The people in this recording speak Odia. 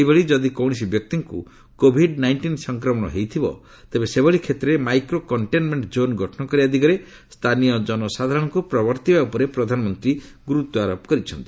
ସେହିଭଳି ଯଦି କୌଣସି ବ୍ୟକ୍ତିଙ୍କୁ କୋଭିଡ ନାଇଷ୍ଟିନ ସଂକ୍ରମଣ ହୋଇଥିବ ତେବେ ସେଭଳି କ୍ଷେତ୍ରରେ ମାଇକ୍ରୋ କଣ୍ଟେନମେଣ୍ଟ ଜୋନ ଗଠନ କରିବା ଦିଗରେ ସ୍ଥାନୀୟ ଜନସାଧାରଣଙ୍କୁ ପ୍ରବର୍ତ୍ତାଇବା ଉପରେ ପ୍ରଧାନମନ୍ତ୍ରୀ ଗୁରୁତ୍ୱାରୋପ କରିଛନ୍ତି